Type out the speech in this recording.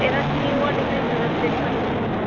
எதாச்சும் நியூவாக டிசைன்ஸ் ஏதாச்சும் ரெடி பண்ணி இருக்கீங்க